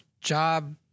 job